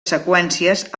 seqüències